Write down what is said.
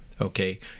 Okay